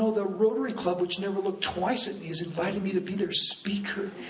the rotary club, which never looked twice at me, has invited me to be their speaker.